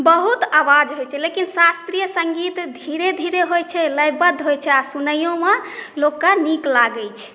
बहुत आवाज होइ छै लेकिन शास्त्रीय संगीत धीरे धीरे होइ छै लयबद्ध होइ छै आ सुनइयो मे लोकके नीक लागै छै